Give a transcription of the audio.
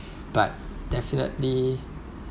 but definitely